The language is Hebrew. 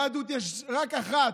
יהדות יש רק אחת.